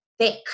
Thick